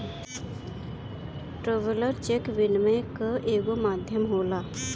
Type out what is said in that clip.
traveller cheque विनिमय कअ एगो माध्यम होला